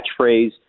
catchphrase